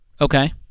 Okay